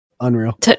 Unreal